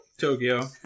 Tokyo